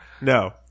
No